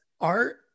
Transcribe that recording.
art